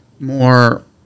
More